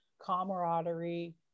camaraderie